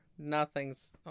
nothing's